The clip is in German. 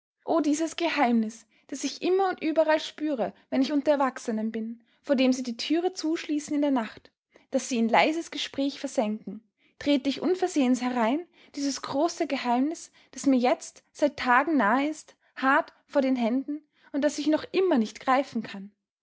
oh dieses geheimnis das ich immer und überall spüre wenn ich unter erwachsenen bin vor dem sie die türe zuschließen in der nacht das sie in leises gespräch versenken trete ich unversehens herein dieses große geheimnis das mir jetzt seit tagen nahe ist hart vor den händen und das ich noch immer nicht greifen kann